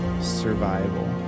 survival